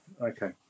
okay